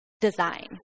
design